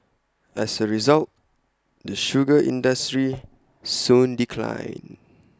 as A result the sugar industry soon declined